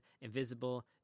invisible